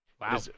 Wow